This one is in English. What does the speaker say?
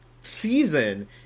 season